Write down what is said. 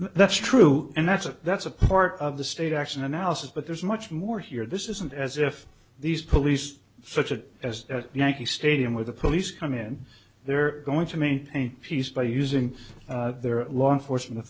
that's true and that's a that's a part of the state action analysis but there's much more here this isn't as if these police such a as yankee stadium with the police come in they're going to maintain peace by using their law enforcement